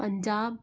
Punjab